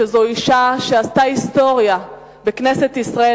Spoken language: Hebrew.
שזו אשה שעשתה היסטוריה בכנסת ישראל,